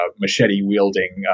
machete-wielding